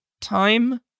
time